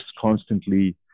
constantly